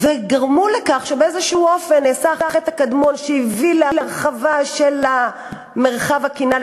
וגרמו לכך שבאיזשהו אופן נעשה החטא הקדמון שהביא להרחבה של מרחב הקנאה,